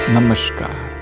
Namaskar